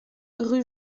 rue